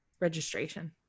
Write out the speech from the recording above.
Registration